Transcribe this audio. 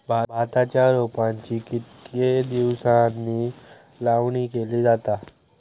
भाताच्या रोपांची कितके दिसांनी लावणी केली जाता?